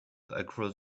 across